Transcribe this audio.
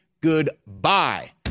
goodbye